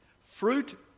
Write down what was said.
Fruit